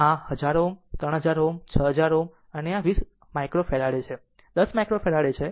તો આ 1000 ohm 3000 ohm 6000 ohm છે અને આ 20 માઇક્રોફેરાડે છે આ 10 માઇક્રોફેરાડે છે